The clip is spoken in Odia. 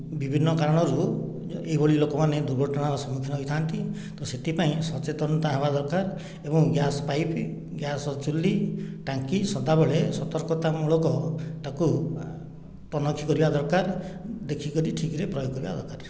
ବିଭନ୍ନ କାରଣରୁ ଏହିଭଳି ଲୋକମାନେ ଦୁର୍ଘଟଣାର ସମ୍ମୁଖୀନ ହୋଇଥାନ୍ତି ତ ସେଥିପାଇଁ ସଚେତନତା ହେବା ଦରକାର ଏବଂ ଗ୍ୟାସ ପାଇପ ଗ୍ୟାସ ଚୁଲି ଟାଙ୍କି ସଦାବେଳେ ସତର୍କତା ମୂଳକ ତାକୁ ତନଖି କରିବା ଦରକାର ଦେଖିକରି ଠିକ୍ ରେ ପ୍ରୟୋଗ କରିବା ଦରକାର